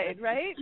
right